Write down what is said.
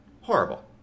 horrible